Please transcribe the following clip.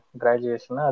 graduation